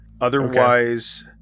Otherwise